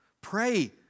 Pray